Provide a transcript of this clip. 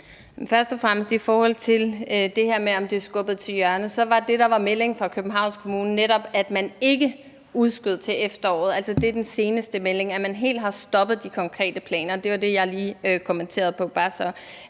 Først og fremmest vil jeg i forhold til det her med, om det er skudt til hjørne, sige, at meldingen fra Københavns Kommune netop var, at man ikke udskød til efteråret. Det er den seneste melding, at man helt har stoppet de konkrete planer, og det var det, jeg lige kommenterede på.